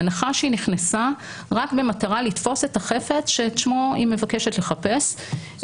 בהנחה שהיא נכנסה רק במטרה לתפוס את החפץ שהיא מבקשת לחפש,